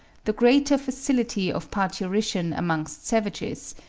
the greater facility of parturition amongst savages,